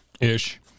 ish